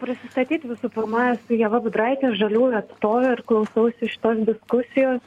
pristatyt visų pirma esu ieva budraitė žaliųjų atstovė ir klausausi šitos diskusijos